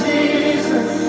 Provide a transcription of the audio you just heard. Jesus